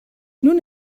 nun